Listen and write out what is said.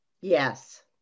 Yes